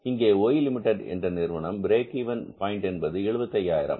இங்கே Y limited என்ற நிறுவனம் பிரேக் இவென் பாயின்ட் என்பது ரூபாய் 75000